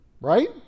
Right